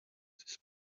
this